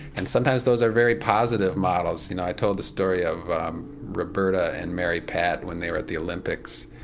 and sometimes those are very positive models you know, i told a story of roberta and mary pat when they were at the olympics,